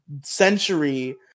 century